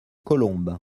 colombes